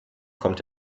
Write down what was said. kommt